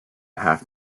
half